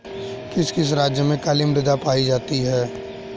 किस किस राज्य में काली मृदा पाई जाती है?